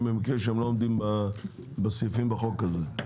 במקרה שהם לא עומדים בסעיפים של החוק הזה.